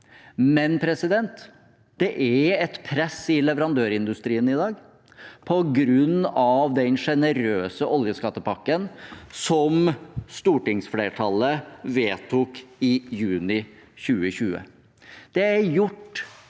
er bra, men det er et press i leverandørindustrien i dag på grunn av den generøse oljeskattepakken som stortingsflertallet vedtok i juni 2020.